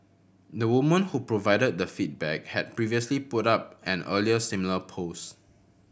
the woman who provided the feedback had previously put up an earlier similar post